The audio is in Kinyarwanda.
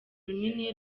runini